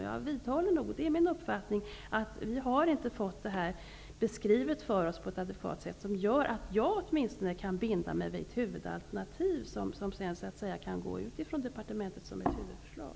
Jag vidhåller min uppfattning att vi inte har fått detta beskrivet för oss på ett adekvat sätt, som gör att åtminstone jag kan binda mig vid ett huvudalternativ, som sedan kan gå ut från departementet såsom ett huvudförslag.